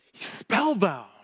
spellbound